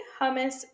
hummus